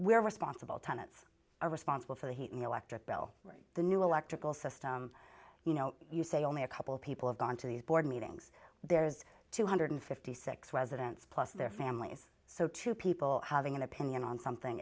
we're responsible tenants are responsible for the heating the electric bill the new electrical system you know you say only a couple people have gone to these board meetings there's two hundred and fifty six dollars residents plus their families so two people having an opinion on something